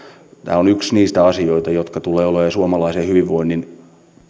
on yksi niistä asioista jotka tulevat olemaan suomalaisen hyvinvoinnin